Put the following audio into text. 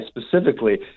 specifically